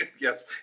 yes